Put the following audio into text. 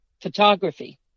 Photography